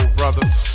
brothers